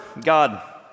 God